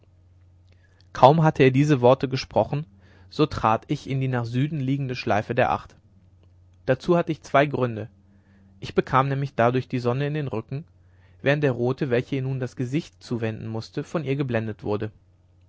kaum hatte er diese worte gesprochen so trat ich in die nach süden liegende schleife der acht dazu hatte ich zwei gründe ich bekam nämlich dadurch die sonne in den rücken während der rote welcher ihr nun das gesicht zuwenden mußte von ihr geblendet wurde